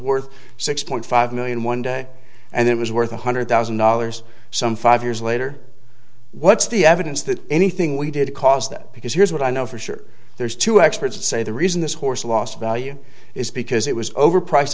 worth six point five million one day and it was worth one hundred thousand dollars some five years later what's the evidence that anything we did cause that because here's what i know for sure there's two experts say the reason this horse lost value is because it was overpriced